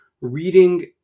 reading